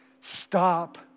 Stop